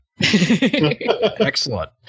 Excellent